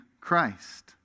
Christ